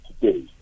today